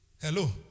Hello